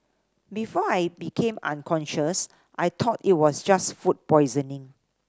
before I became unconscious I tought it was just food poisoning